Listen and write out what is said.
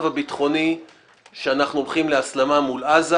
הביטחוני אנחנו הולכים להסלמה מול עזה.